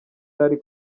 yari